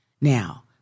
Now